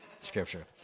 scripture